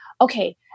okay